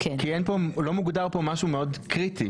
כי לא מוגדר פה משהו מאוד קריטי,